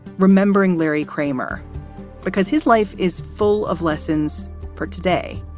remembering larry kramer because his life is full of lessons for today.